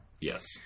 Yes